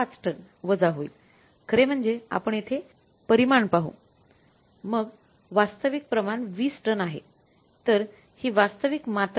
५ ton वजा होईल खरे म्हणजे आपण येथे परिमाण पाहू मग वास्तविक प्रमाण 20 टन आहे